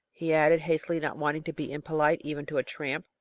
he added, hastily, not wanting to be impolite even to a tramp.